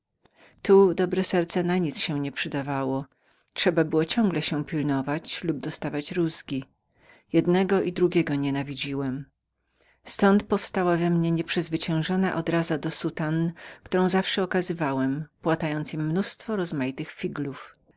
dobre serce na nic się nie przydało trzeba było ciągle się pilnować lub czuć nad sobą jarzmo jednego i drugiego nienawidziłem ztąd powstała we mnie nieprzezwyciężona odraza do czarnych sukienek którą zawsze okazywałem płatając im mnóstwa rozmaitych figlów